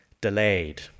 delayed